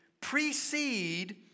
precede